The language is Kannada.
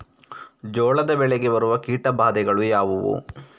ಜೋಳದ ಬೆಳೆಗೆ ಬರುವ ಕೀಟಬಾಧೆಗಳು ಯಾವುವು?